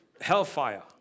hellfire